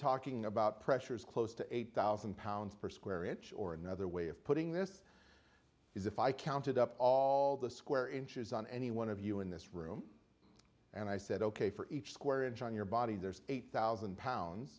talking about pressures close to eight thousand pounds per square inch or another way of putting this is if i counted up all the square inches on any one of you in this room and i said ok for each square inch on your body there's eight thousand pounds